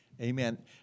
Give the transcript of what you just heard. Amen